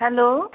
hello